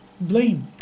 blame